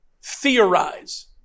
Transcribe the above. theorize